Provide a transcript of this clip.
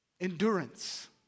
endurance